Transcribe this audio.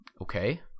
Okay